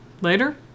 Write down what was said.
later